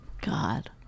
God